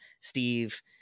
Steve